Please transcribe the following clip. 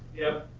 yep,